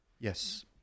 Yes